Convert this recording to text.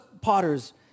potters